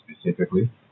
specifically